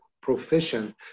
proficient